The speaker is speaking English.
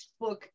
Facebook